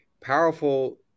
powerful